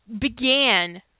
began